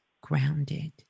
grounded